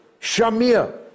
Shamir